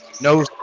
no